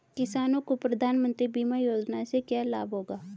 किसानों को प्रधानमंत्री बीमा योजना से क्या लाभ होगा?